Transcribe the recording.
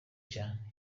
cya